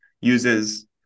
uses